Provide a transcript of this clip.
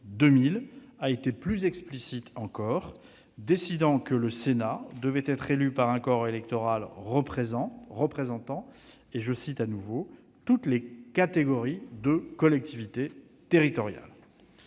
2000, a été plus explicite encore, jugeant que le Sénat devait être élu par un corps électoral représentant toutes les catégories de collectivités territoriales.